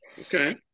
Okay